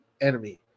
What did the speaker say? enemy